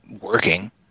working